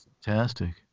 fantastic